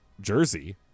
Jersey